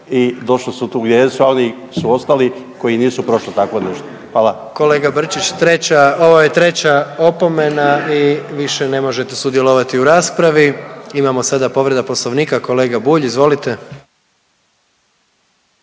i došli su tu gdje jesu ali su ostali koji nisu prošli tako nešto. Hvala. **Jandroković, Gordan (HDZ)** Kolega Brčić, treća, ovo je treća opomena i više ne možete sudjelovati u raspravi. Imamo sada povreda Poslovnika. Kolega Bulj izvolite.